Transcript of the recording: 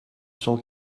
cent